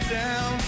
down